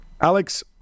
Alex